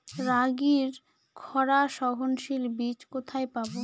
রাগির খরা সহনশীল বীজ কোথায় পাবো?